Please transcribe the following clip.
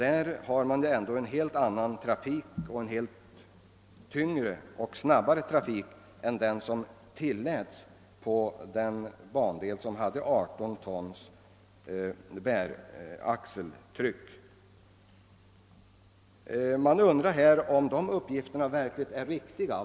Är dessa uppgifter verkligen riktiga?